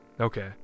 okay